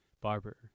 Barber